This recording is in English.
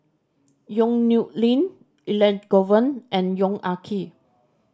Yong Nyuk Lin Elangovan and Yong Ah Kee